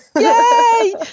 Yay